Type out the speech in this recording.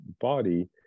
body